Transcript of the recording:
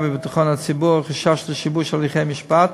בביטחון הציבור או חשש לשיבוש הליכי משפט,